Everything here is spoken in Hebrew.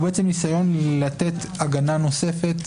והוא בעצם ניסיון לתת הגנה נוספת,